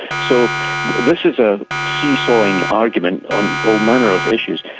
so this is a see-sawing argument on all manner of issues.